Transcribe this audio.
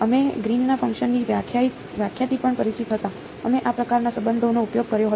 અમે ગ્રીનના ફંકશન ની વ્યાખ્યાથી પણ પરિચિત હતા અમે આ પ્રકારના સંબંધનો ઉપયોગ કર્યો હતો